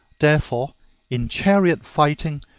therefore in chariot fighting,